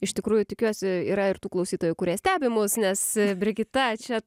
iš tikrųjų tikiuosi yra ir tų klausytojų kurie stebi mus nes brigita čia